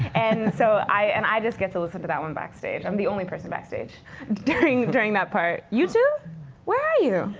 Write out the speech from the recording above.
and so i and i just get to listen to that one backstage. i'm the only person backstage during during that part. you too? where are you?